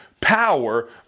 power